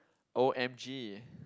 O_M_G